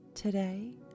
Today